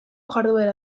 jarduera